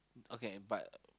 okay but